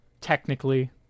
technically